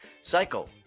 Cycle